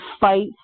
fight